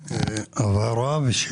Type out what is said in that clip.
בבקשה.